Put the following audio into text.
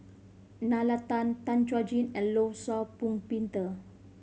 Nalla Tan Tan Chuan Jin and Law Shau Pong Peter